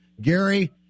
Gary